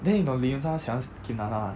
then 你懂 lee yoon sung 他喜欢 kim na na [what]